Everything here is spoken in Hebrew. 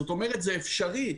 זאת אומרת, זה אפשרי.